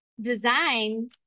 design